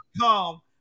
come